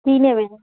কী নেবেন